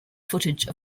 footage